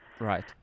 Right